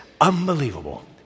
Unbelievable